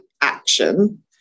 action